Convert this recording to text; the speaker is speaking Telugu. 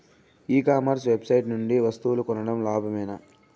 ఈ కామర్స్ వెబ్సైట్ నుండి వస్తువులు కొనడం లాభమేనా?